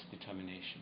determination